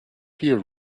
here